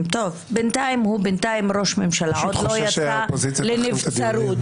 בינתיים הוא ראש הממשלה, הוא עוד לא יצא לנבצרות.